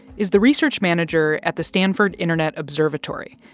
is the research manager at the stanford internet observatory.